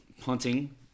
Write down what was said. Punting